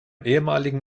ehemaligen